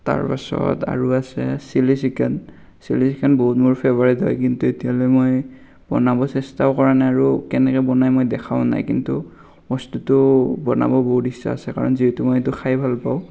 তাৰ পাছত আৰু আছে ছিলি চিকেন ছিলি চিকেন বহুত মোৰ ফেভাৰেত হয় কিন্তু এতিয়ালৈ মই বনাব চেষ্টাও কৰা নাই আৰু কেনেকে বনায় মই দেখাও নাই কিন্তু বস্তুটো বনাব বহুত ইচ্ছা আছে সেইকাৰণে যিহেতু মই এইটো খাই ভাল পাওঁ